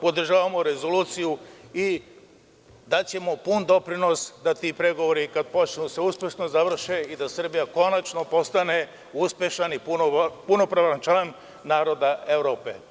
Podržavamo rezoluciju i daćemo pun doprinos da se ti pregovori uspešno završe i da Srbija konačno postane uspešan i punopravan član naroda Evrope.